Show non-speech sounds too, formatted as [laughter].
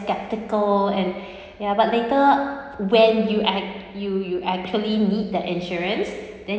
skeptical and [breath] ya but later when you act~ you you actually need that insurance then